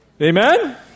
Amen